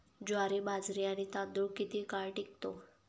ज्वारी, बाजरी आणि तांदूळ किती काळ टिकतो?